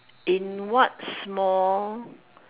in what small